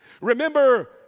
Remember